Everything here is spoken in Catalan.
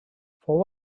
fou